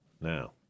Now